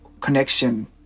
connection